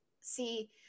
See